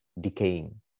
decaying